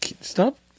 stop